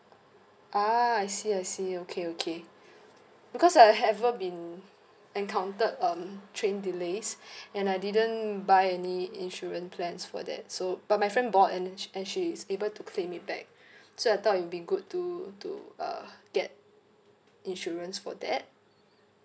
ah I see I see okay okay because I have been encountered um train delays and I didn't buy any insurance plans for that so but my friend bought and then and she's able to claim it back so I thought it'd be good to to uh get insurance for that